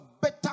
better